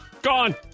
Gone